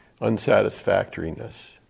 unsatisfactoriness